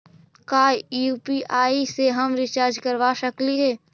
का यु.पी.आई से हम रिचार्ज करवा सकली हे?